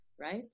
right